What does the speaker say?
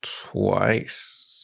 twice